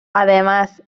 además